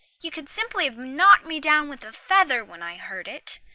you could simply have knocked me down with a feather when i heard it.